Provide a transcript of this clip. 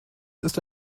ist